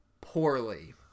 poorly